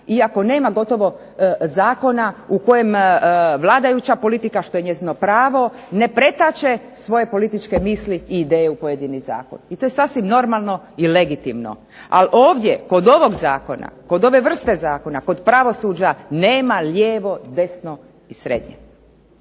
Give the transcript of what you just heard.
iako nema gotovo zakona u kojem vladajuća politika, što je njezino pravo, ne pretače svoje političke misli i ideje u pojedini zakon i to je sasvim normalno i legitimno. Ali ovdje, kod ovog zakona, kod ove vrste zakona, kod pravosuđa, nema lijevo, desno i srednje